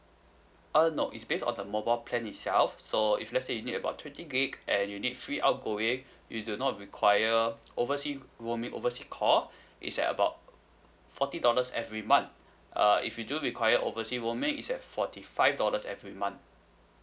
uh no is based on the mobile plan itself so if let's say you need about twenty gigabyte and you need free outgoing you do not require oversea roaming overseas call it's at about forty dollars every month uh if you do require oversea roaming is at forty five dollars every month